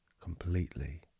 Completely